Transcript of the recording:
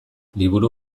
liburu